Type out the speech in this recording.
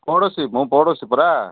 ପଡ଼ୋଶୀ ମୁଁ ପଡ଼ୋଶୀ ପରା